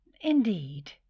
Indeed